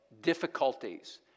difficulties